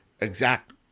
exact